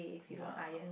ya